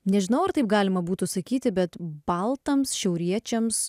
nežinau ar taip galima būtų sakyti bet baltams šiauriečiams